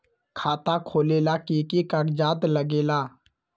खाता खोलेला कि कि कागज़ात लगेला?